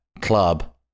club